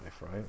right